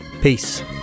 Peace